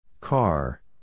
Car